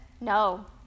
No